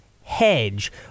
hedge